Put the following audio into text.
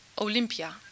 Olympia